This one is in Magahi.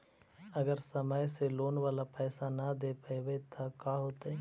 अगर समय से लोन बाला पैसा न दे पईबै तब का होतै?